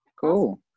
Cool